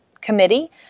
committee